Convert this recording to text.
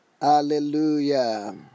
Hallelujah